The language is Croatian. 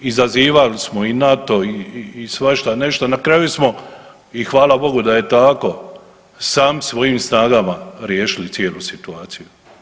Izazivali smo i NATO i svašta nešto, na kraju smo i hvala bogu da je tako sami svojim snagama riješili cijelu situaciju.